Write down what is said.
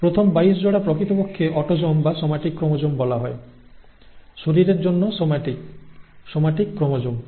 প্রথম 22 জোড়া প্রকৃতপক্ষে অটোসোম বা সোম্যাটিক ক্রোমোজোম বলা হয় শরীরের জন্য সোমেটিক সোম্যাটিক ক্রোমোজোম